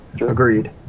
Agreed